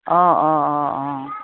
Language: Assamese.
অঁ অঁ অঁ অঁ